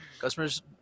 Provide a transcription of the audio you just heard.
customers